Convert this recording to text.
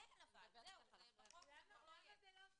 למה זה לא טוב?